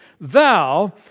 thou